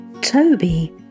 Toby